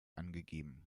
angegeben